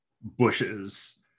Bushes